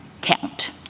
count